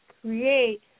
create